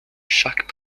chaque